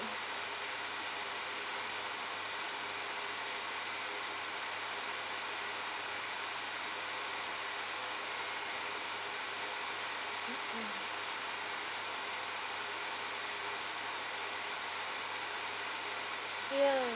mmhmm ya